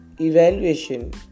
evaluation